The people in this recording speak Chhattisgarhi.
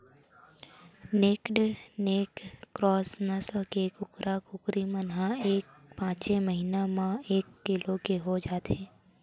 नैक्ड नैक क्रॉस नसल के कुकरा, कुकरी मन ह पाँचे महिना म एक किलो के हो जाथे